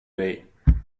dig